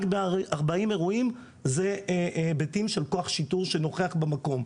רק ב-40 אירועים זה היבטים של כוח שיטור שנוכח במקום,